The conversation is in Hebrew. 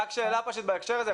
רק שאלה בהקשר הזה,